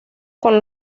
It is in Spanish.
con